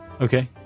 Okay